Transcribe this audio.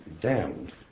damned